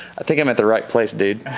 i think i'm at the right place, dude.